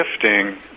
gifting